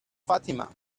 fatima